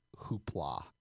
hoopla